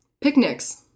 picnics